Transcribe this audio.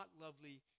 lovely